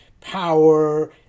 power